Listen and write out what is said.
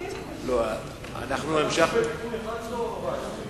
את תיקון 14 עוד לא